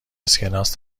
اسکناس